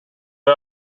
est